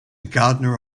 gardener